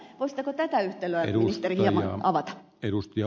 voisitteko tätä yhtälöä ministeri hieman avata